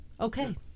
Okay